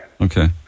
Okay